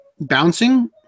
Bouncing